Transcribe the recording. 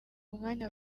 umwanya